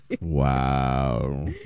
Wow